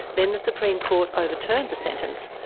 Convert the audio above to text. then the supreme court overturned the sentence,